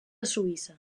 suïssa